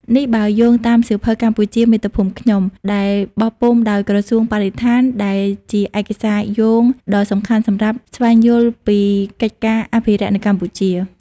នេះបើយោងតាមសៀវភៅ "កម្ពុជាមាតុភូមិខ្ញុំ" ដែលបោះពុម្ពដោយក្រសួងបរិស្ថាន ដែលជាឯកសារយោងដ៏សំខាន់សម្រាប់ស្វែងយល់ពីកិច្ចការអភិរក្សនៅកម្ពុជា។